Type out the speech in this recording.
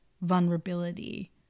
vulnerability